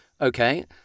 Okay